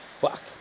Fuck